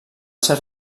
ser